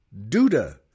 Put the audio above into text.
Duda